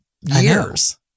years